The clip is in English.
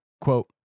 Quote